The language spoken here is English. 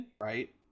right